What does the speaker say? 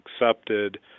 accepted